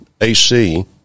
AC